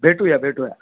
भेटूया भेटूया